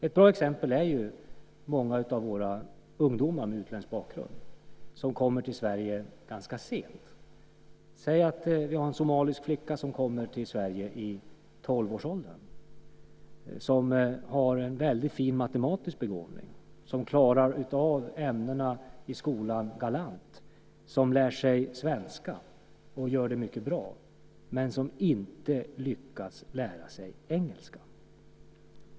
Ett bra exempel är många av våra ungdomar med utländsk bakgrund som kommer till Sverige ganska sent. Det kan vara en somalisk flicka som kommer till Sverige i 12-årsåldern och som har en väldigt fin matematisk begåvning, klarar av ämnena i skolan galant, lär sig svenska mycket bra men som inte lyckas lära sig engelska.